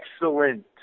Excellent